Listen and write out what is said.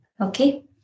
Okay